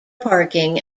parking